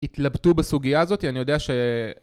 התלבטו בסוגיה הזאתי אני יודע